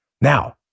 Now